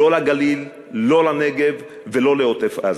לא לגליל, לא לנגב ולא לעוטף-עזה.